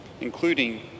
including